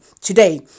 today